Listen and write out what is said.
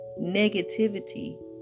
negativity